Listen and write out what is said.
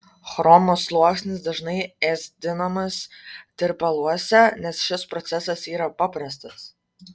chromo sluoksnis dažnai ėsdinamas tirpaluose nes šis procesas yra paprastas